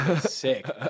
Sick